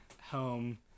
home